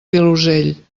vilosell